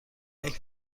عینک